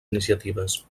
iniciatives